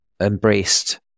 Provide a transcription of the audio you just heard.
embraced